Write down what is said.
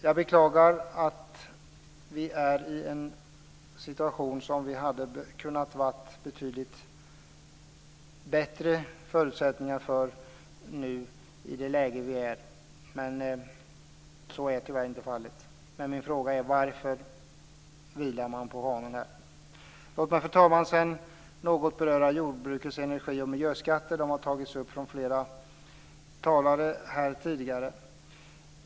Jag beklagar den nuvarande situationen, som hade kunnat vara betydligt bättre. Min fråga är: Varför vilar man på hanen? Fru talman! Låt mig så något beröra jordbrukets energi och miljöskatter, som tidigare har tagits upp av flera talare.